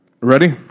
Ready